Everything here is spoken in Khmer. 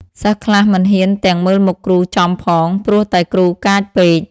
សិស្សខ្លះមិនហ៊ានទាំងមើលមុខគ្រូចំផង ព្រោះតែគ្រូកាចពេក។